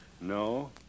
No